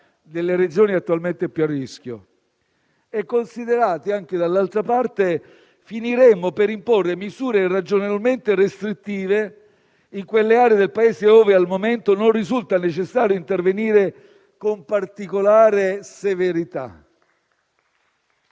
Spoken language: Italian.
delle Regioni attualmente più a rischio e, dall'altra, finiremmo per imporre misure irragionevolmente restrittive in quelle aree del Paese ove, al momento, non risulta necessario intervenire con particolare severità.